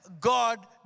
God